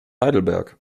heidelberg